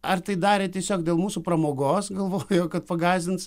ar tai darė tiesiog dėl mūsų pramogos galvojo kad pagąsdins